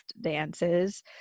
dances